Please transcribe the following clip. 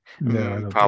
No